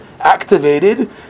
activated